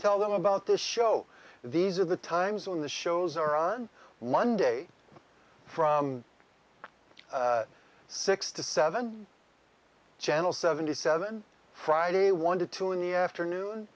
tell them about this show these are the times when the shows are on monday from six to seven channel seventy seven friday one to two in the afternoon